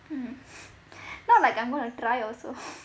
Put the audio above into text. mm not like I'm gonna try also